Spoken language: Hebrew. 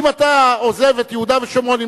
אם אתה עוזב את יהודה ושומרון.